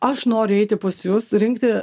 aš noriu eiti pas jus rinkti